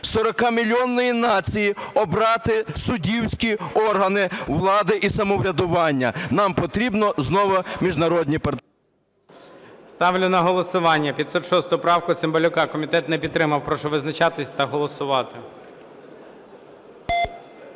40-мільйонної нації обрати суддівські органи влади і самоврядування, нам потрібно знову міжнародні… ГОЛОВУЮЧИЙ. Ставлю на голосування 506 правку Цимбалюка. Комітет не підтримав. Прошу визначатись та голосувати.